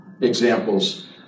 examples